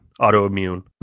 autoimmune